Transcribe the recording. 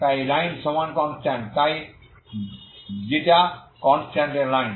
তাই এই লাইন ξ সমান কনস্ট্যান্ট তাই ξ কনস্ট্যান্ট এই লাইন